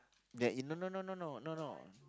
that you no no no no no no no